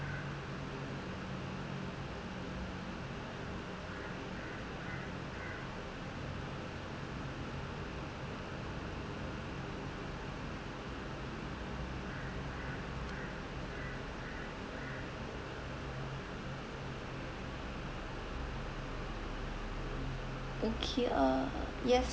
okay uh yes